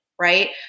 right